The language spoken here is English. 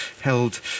held